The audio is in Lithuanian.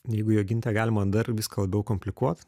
jeigu joginte galima dar viską labiau komplikuot